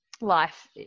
life